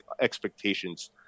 expectations